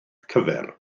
cyfer